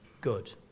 good